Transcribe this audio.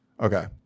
Okay